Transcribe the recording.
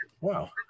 Wow